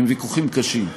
הם ויכוחים קשים,